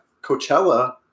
Coachella